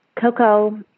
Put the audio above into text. Coco